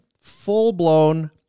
full-blown